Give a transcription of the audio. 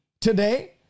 today